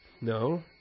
no